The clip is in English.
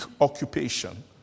occupation